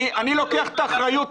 אני לוקח את האחריות,